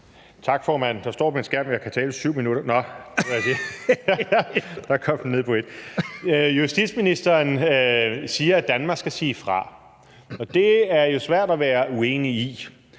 Tak, formand. Der står på min skærm, at jeg kan tale i 7 minutter. Nå, der kom den ned på 1 minut. Justitsministeren siger, at Danmark skal sige fra, og det er jo svært at være uenig i.